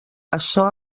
açò